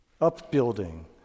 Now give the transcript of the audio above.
Upbuilding